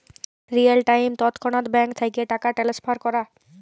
real time তৎক্ষণাৎ bank থ্যাইকে টাকা টেলেসফার ক্যরা